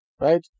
Right